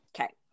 Okay